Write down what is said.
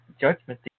judgment